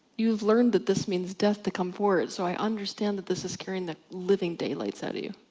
you've learned that this means death, to come forward. so i understand that this is scaring the living daylights out of you.